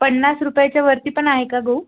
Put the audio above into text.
पन्नास रूपयाच्यावरती पण आहे का गहू